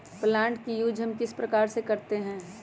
Plant का use हम किस प्रकार से करते हैं?